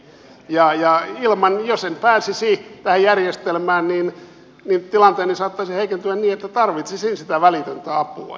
ja jos en pääsisi tähän järjestelmään niin tilanteeni saattaisi heikentyä niin että tarvitsisin sitä välitöntä apua